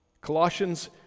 Colossians